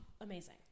amazing